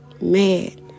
Mad